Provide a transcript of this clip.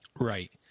Right